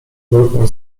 mruknął